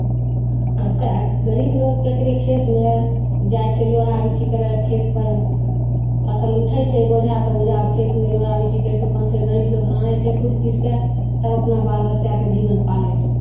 जब तक गरीब लोक केकरे खेतमे जाइ छै लोढ़हा बिछी करय खेतपर फसल उठै छै बोझा तोझा खेतमे लोढ़हा बिछी करि कऽ अपन गरीब लोक आनै छै कुटि पीसि कऽ तब अपना बाल बच्चाके जीवन पालै छै